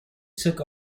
took